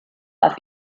auf